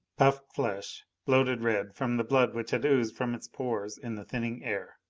puffed flesh, bloated red from the blood which had oozed from its pores in the thinning air.